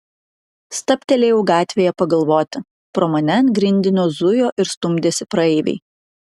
stabtelėjau gatvėje pagalvoti pro mane ant grindinio zujo ir stumdėsi praeiviai